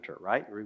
right